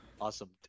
Awesome